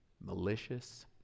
malicious